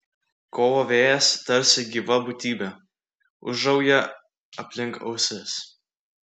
kovo vėjas tarsi gyva būtybė ūžauja aplink ausis